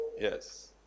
Yes